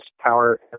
power